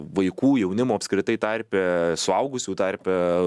vaikų jaunimo apskritai tarpe suaugusių tarpe